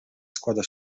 składa